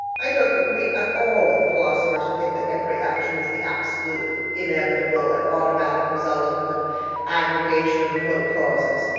i don't agree at all with the philosophers who think that every action is the absolutely inevitable and automatic resultant of an aggregation of remote causes.